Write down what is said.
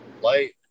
light